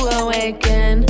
awaken